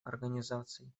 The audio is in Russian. организаций